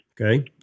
Okay